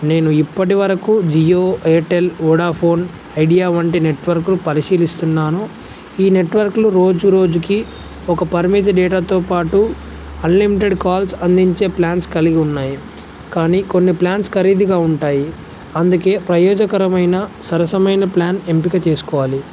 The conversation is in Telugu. నేను ఇప్పటి వరకు జియో ఎయిర్టెల్ ఓడాఫోన్ ఐడియా వంటి నెట్వర్క్లు పరిశీలిస్తున్నాను ఈ నెట్వర్క్లు రోజురోజుకి ఒక పరిమితి డేటాతో పాటు అన్లిమిటెడ్ కాల్స్ అందించే ప్లాన్స్ కలిగి ఉన్నాయి కానీ కొన్ని ప్లాన్స్ ఖరీదుగా ఉంటాయి అందుకే ప్రయోజకరమైన సరసమైన ప్లాన్ ఎంపిక చేసుకోవాలి